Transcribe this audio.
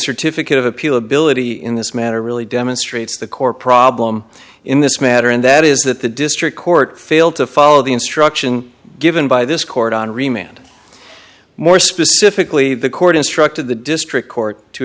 certificate of appeal ability in this matter really demonstrates the core problem in this matter and that is that the district court failed to follow the instruction given by this court on remand more specifically the court instructed the district court to